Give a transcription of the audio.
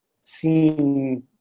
seen